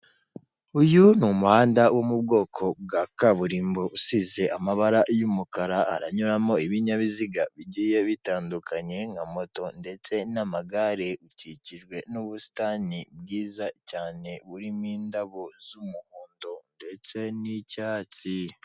Uyu ni umuhanda wo mu bwoko bwa kaburimbo, usize amabara y'umukara, haranyuramo ibinyabiziga bigiye bitandukanye, nka moto ndetse n'amagare. Ukikijwe n'ubusitani bwiza cyane, burimo indabo z'umuhondo ndetse n'icyatsi.